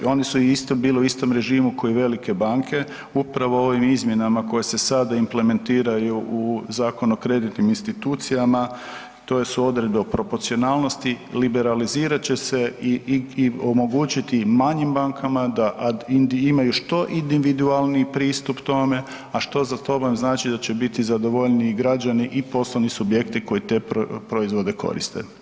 Oni su isto bili u istom režimu ko i velike banke, upravo ovim izmjenama koje se sada implementiraju u Zakonu o kreditnim institucijama, to su odredbe o proporcionalnosti, liberalizirat će se i omogućiti manjim bankama da imaju što individualniji pristup tome a što za ... znači da će biti zadovoljniji građani i poslovni subjekti koji te proizvode koriste.